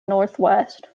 northwest